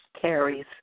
Carrie's